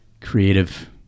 creative